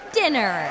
dinner